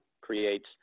creates